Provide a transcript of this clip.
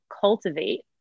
cultivate